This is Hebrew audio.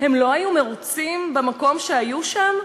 "הם לא היו מרוצים במקום שהיו שם?"